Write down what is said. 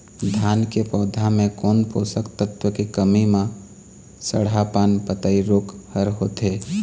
धान के पौधा मे कोन पोषक तत्व के कमी म सड़हा पान पतई रोग हर होथे?